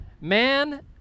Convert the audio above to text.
Man